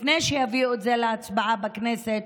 לפני שיביאו את זה להצבעה בכנסת,